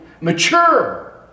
mature